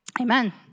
Amen